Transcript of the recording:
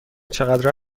چقدر